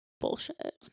bullshit